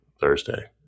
Thursday